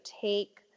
Take